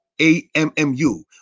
A-M-M-U